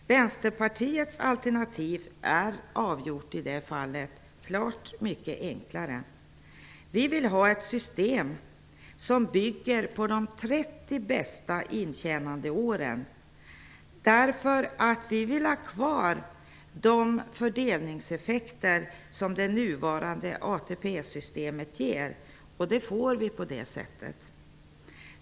Vänsterpartiets alternativ är i det fallet avgjort mycket enklare. Vi vill ha ett system som bygger på de 30 bästa intjänandeåren. Vi vill ha kvar de fördelningseffekter som det nuvarande ATP-systemet ger. Det skulle vi få på det sättet.